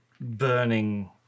burning